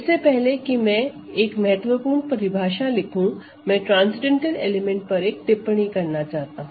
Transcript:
इससे पहले कि मैं एक महत्वपूर्ण परिभाषा लिखूँ मैं ट्रान्सेंडेंटल एलिमेंट पर एक टिप्पणी करना चाहता हूं